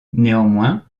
néanmoins